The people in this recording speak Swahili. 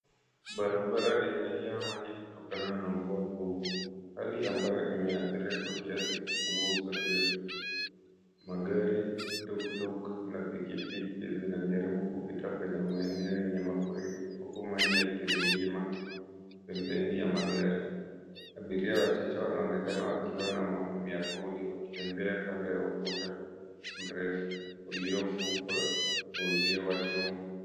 Barabara imejaa maji kutokana na mvua kubwa, hali ambayo imeathiri kwa kiasi kikubwa usafiri. Magari, tuktuk, na pikipiki zinajaribu kupita kwenye maeneo yenye mafuriko, huku maji yakirindima pembeni ya magari. Abiria wachache wanaonekana wakiwa na miavuli wakitembea kando ya ukuta mrefu, uliofungwa kwa uzio wa chuma.